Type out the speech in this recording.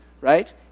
right